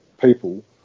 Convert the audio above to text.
people